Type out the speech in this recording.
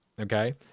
Okay